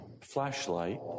flashlight